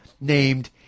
named